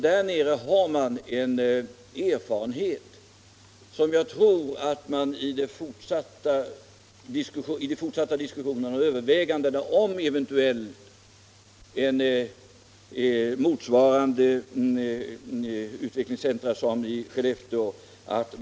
Där har man en erfarenhet som jag tror att man bör dra nytta av vid de fortsatta diskussionerna och övervägandena om eventuella utvecklingscentra motsvarande Skellefteås.